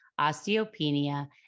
osteopenia